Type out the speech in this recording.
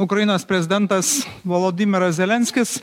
ukrainos prezidentas volodimiras zelenskis